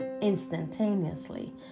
instantaneously